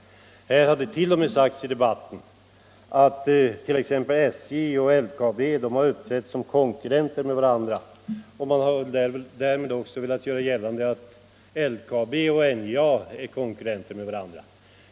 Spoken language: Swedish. Man har t.o.m. i debatten anfört, att SJ och LKAB har uppträtt som konkurrenter till varandra, och har väl därmed också velat antyda att LKAB och NJA skulle vara konkurrenter till varandra.